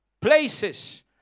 places